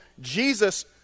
Jesus